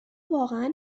واقعا